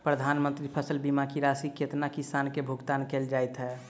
प्रधानमंत्री फसल बीमा की राशि केतना किसान केँ भुगतान केल जाइत है?